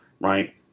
right